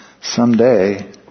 someday